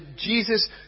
Jesus